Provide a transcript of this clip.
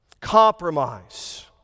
Compromise